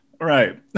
right